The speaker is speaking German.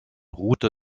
route